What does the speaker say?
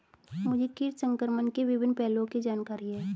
मुझे कीट संक्रमण के विभिन्न पहलुओं की जानकारी है